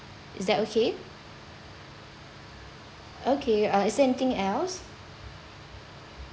is that okay okay uh is there anything else